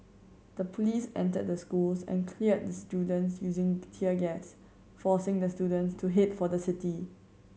the police entered the schools and cleared the students using tear gas forcing the students to head for the city